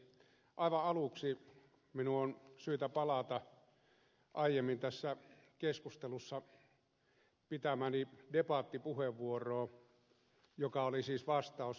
aivan aluksi minun on syytä palata aiemmin tässä keskustelussa pitämääni debattipuheenvuoroon joka oli siis vastaus ed